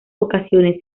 ocasiones